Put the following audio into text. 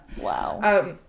wow